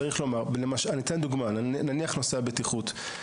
אתן דוגמה, נניח נושא הבטיחות.